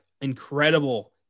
incredible